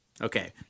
Okay